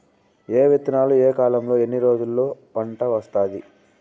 ఏ విత్తనాలు ఏ కాలంలో ఎన్ని రోజుల్లో పంట వస్తాది?